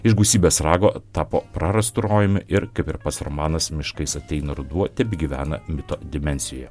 iš gausybės rago tapo prarastu rojumi ir kaip ir pats romanas miškais ateina ruduo tebegyvena mito dimensijoje